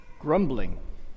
grumbling